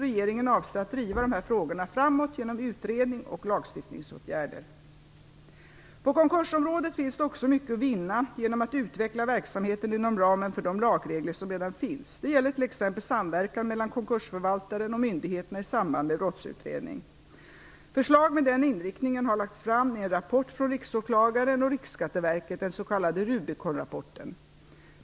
Regeringen avser att driva dessa frågor framåt genom utredning och lagstiftningsåtgärder. På konkursområdet finns också mycket att vinna genom att utveckla verksamheten inom ramen för de lagregler som redan finns. Det gäller t.ex. samverkan mellan konkursförvaltaren och myndigheterna i samband med brottsutredning. Förslag med den inriktningen har lagts fram i en rapport från Riksåklagaren och Riksskatteverket, den s.k. Rubiconrapporten.